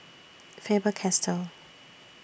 Faber Castell